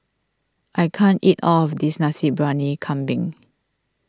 I can't eat all of this Nasi Briyani Kambing